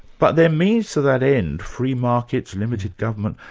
but their means to that end, free markets, limited government,